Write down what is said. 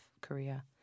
Korea